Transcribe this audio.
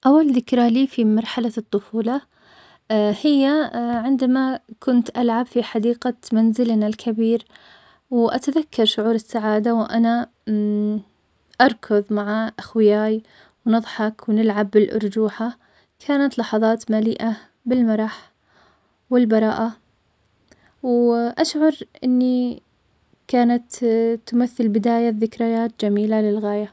أول ذكرى لي في مرحلة الطفولة, هي عندما كنت ألعب في حديقة منزلنا الكبير, وأتذكر شعور السعادة وأنا أركض مع خوياي, ونضحك, ونلعب بالأرجوحة, كانت لحظات ملليئة بالمرح, والبراءة, و أشعر إني كانت تمثل بداية ذكرايات جميلة للغاية.